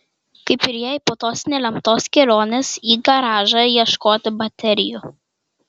kaip ir jai po tos nelemtos kelionės į garažą ieškoti baterijų